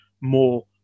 more